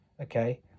Okay